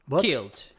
Killed